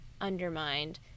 undermined